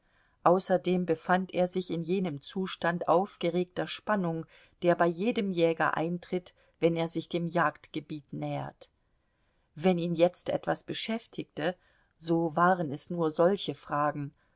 außerdem befand er sich in jenem zustand aufgeregter spannung der bei jedem jäger eintritt wenn er sich dem jagdgebiet nähert wenn ihn jetzt etwas beschäftigte so waren es nur solche fragen